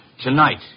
tonight